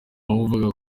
wavuga